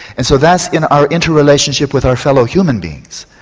and so that's in our inter-relationship with our fellow human beings.